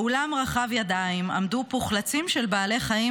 באולם רחב ידיים עמדו פוחלצים של בעלי חיים